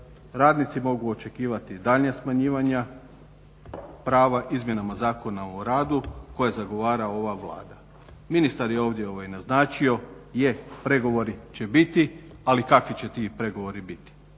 Radnici mogu očekivati daljnje smanjivanja prava izmjenama Zakona o radu koje zagovara ova Vlada. Ministar je ovdje naznačio je pregovori će biti ali kakvi će ti pregovori biti.